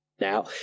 Now